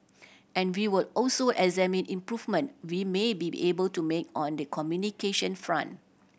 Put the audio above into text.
and we will also examine improvement we may be able to make on the communication front